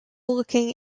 looking